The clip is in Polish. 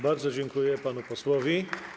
Bardzo dziękuję panu posłowi.